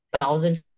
thousands